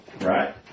right